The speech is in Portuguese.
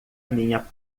minha